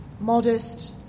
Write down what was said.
modest